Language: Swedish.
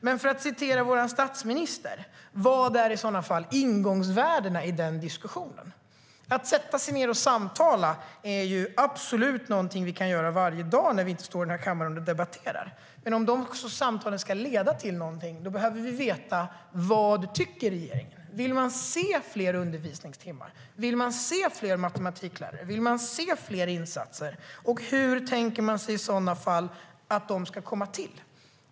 Men för att citera vår statsminister: Vad är i så fall ingångsvärdena i den diskussionen? Att sätta sig ned och samtala är absolut någonting vi kan göra varje dag när vi inte står här i kammaren och debatterar. Men om dessa samtal ska leda till någonting behöver vi veta vad regeringen tycker. Vill man se fler undervisningstimmar? Vill man se fler matematiklärare? Vill man se fler insatser? Hur tänker man sig i så fall att de ska komma till?